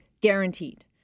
guaranteed